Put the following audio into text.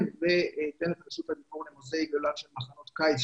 ואתן את רשות הדיבור לג'ודי לגבי מחנות קיץ,